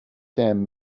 damn